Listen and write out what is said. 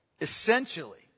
essentially